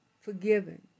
Forgiven